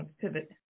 pivot